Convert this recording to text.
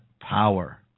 power